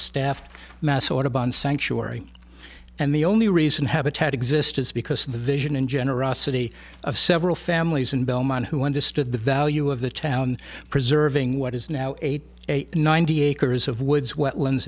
autobahn sanctuary and the only reason habitat exist is because of the vision and generosity of several families in belmont who understood the value of the town preserving what is now eighty eight ninety acres of woods wetlands